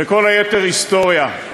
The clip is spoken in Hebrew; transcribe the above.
וכל היתר היסטוריה.